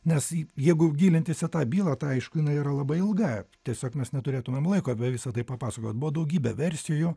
nes jeigu gilintis į tą bylą tai aišku jinai yra labai ilga tiesiog mes neturėtumėm laiko apie visa tai papasakot buvo daugybė versijų